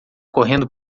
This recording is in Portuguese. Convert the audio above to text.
correndo